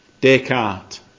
Descartes